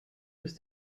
muss